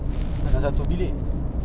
truths ah